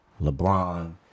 LeBron